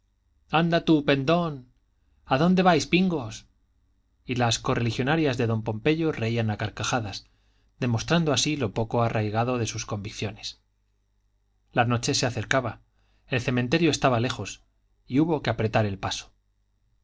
anda tú pendón adónde vais pingos y las correligionarias de don pompeyo reían a carcajadas demostrando así lo poco arraigado de sus convicciones la noche se acercaba el cementerio estaba lejos y hubo que apretar el paso la